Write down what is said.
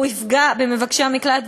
הוא יפגע במבקשי המקלט,